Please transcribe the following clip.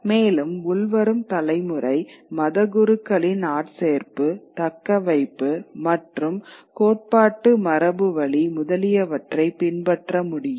மேலும் உள்வரும் தலைமுறை மதகுருக்களின் ஆட்சேர்ப்பு தக்கவைப்பு மற்றும் கோட்பாட்டு மரபுவழி முதலியவற்றை பின்பற்ற முடியும்